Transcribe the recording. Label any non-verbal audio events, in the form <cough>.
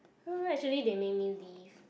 <noise> actually they make me leave